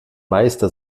meister